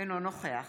אינו נוכח